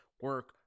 Work